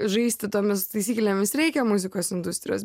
žaisti tomis taisyklėmis reikia muzikos industrijos